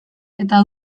eta